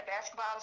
basketball